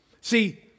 See